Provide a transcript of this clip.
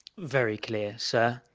very clear, sir!